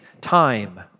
time